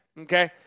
Okay